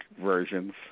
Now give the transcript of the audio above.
versions